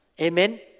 Amen